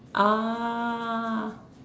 ah